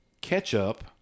ketchup